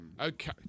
Okay